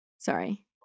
Sorry